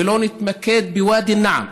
ולא נתמקד בוואדי נעם,